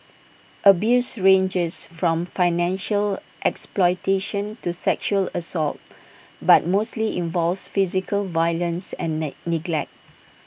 abuse ranges from financial exploitation to sexual assault but mostly involves physical violence and net neglect